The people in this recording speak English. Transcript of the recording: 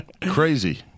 Crazy